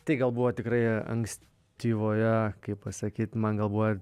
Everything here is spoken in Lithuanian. tai gal buvo tikrai ankstyvoje kaip pasakyt man gal buvo